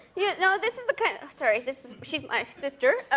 yeah now, this is the kind sorry. this she's my sister.